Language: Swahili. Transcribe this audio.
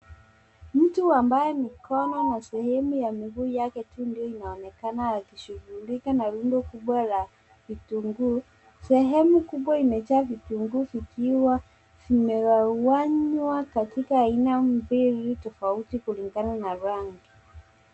Mtu ambaye mikono na sehemu ya miguu yake tu ndio inaonekana akishughulika na rundo kubwa la vitunguu. Sehemu kubwa imejaa vitunguu vikiwa vimegawanywa katika aina mbili tofauti kulingana na rangi.